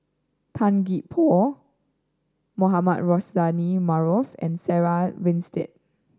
Tan Gee Paw Mohamed Rozani Maarof and Sarah Winstedt